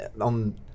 on